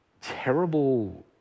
terrible